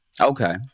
Okay